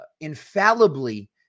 infallibly